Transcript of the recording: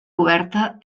coberta